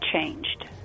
changed